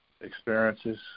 experiences